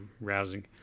rousing